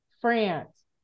France